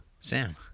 Sam